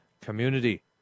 Community